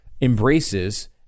embraces